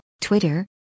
Twitter